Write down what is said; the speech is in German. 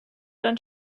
dann